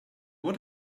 what